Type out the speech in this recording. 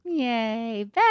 Yay